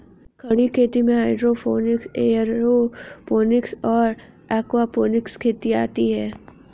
खड़ी खेती में हाइड्रोपोनिक्स, एयरोपोनिक्स और एक्वापोनिक्स खेती आती हैं